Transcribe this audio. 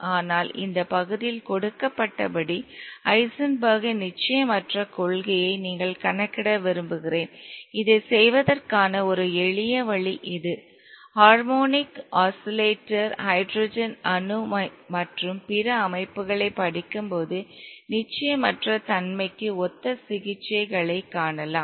ஆனால் இந்த பகுதியில் கொடுக்கப்பட்டபடி ஹைசன்பெர்க்கின் Heisenberg's நிச்சயமற்ற கொள்கையை நீங்கள் கணக்கிட விரும்புகிறேன் இதைச் செய்வதற்கான ஒரு எளிய வழி இது ஹார்மோனிக் ஆஸிலேட்டர் ஹைட்ரஜன் அணு மற்றும் பிற அமைப்புகளைப் படிக்கும் போது நிச்சயமற்ற தன்மைக்கு ஒத்த சிகிச்சைகளைக் காணலாம்